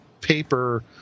paper